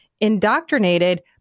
indoctrinated